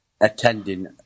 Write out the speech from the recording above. attending